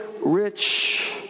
rich